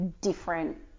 different